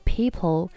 people